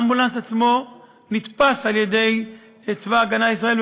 האמבולנס עצמו נתפס על ידי צבא ההגנה לישראל,